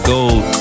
Gold